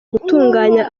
gutunganya